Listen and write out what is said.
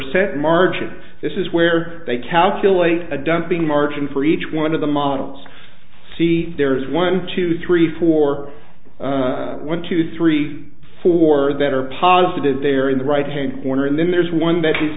cent margin this is where they calculate a dumping margin for each one of the models see if there is one two three four one two three four that are positive they're in the right hand corner and then there's one that